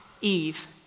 Eve